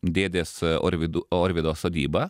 dėdės orvydų orvido sodyba